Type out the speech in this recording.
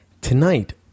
Tonight